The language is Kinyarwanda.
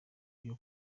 bya